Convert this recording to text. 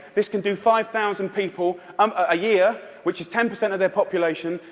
this can do five thousand people um a year, which is ten percent of their population,